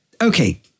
Okay